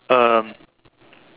um